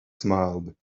smiled